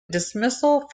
dismissal